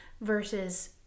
versus